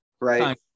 right